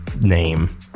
name